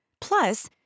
Plus